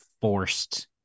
forced